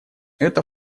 эта